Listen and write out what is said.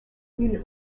une